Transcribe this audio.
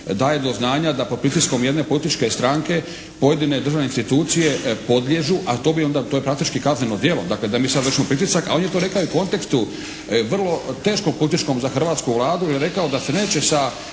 daje do znanja da pod pritiskom jedne političke stranke pojedine državne institucije podliježu a to je praktički kazneno djelo, dakle da mi sada vršimo pritisak a on je to rekao u kontekstu vrlo teškom političkom za hrvatsku Vladu je rekao da se neće sa